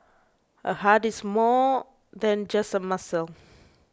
a heart is more than just a muscle